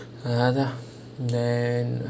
அதான்:athaan then